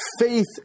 faith